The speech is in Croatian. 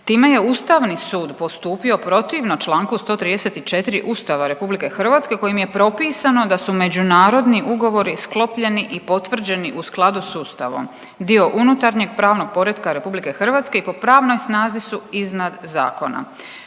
Time je Ustavni sud postupio protivno članku 134. Ustava Republike Hrvatske kojim je propisano da su međunarodni ugovori sklopljeni i potvrđeni u skladu sa Ustavom, dio unutarnjeg pravnog poretka Republike Hrvatske i po pravnoj snazi su iznad zakona.